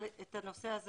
אבל את הנושא הזה